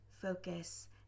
focus